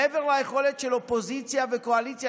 מעבר ליכולת של אופוזיציה וקואליציה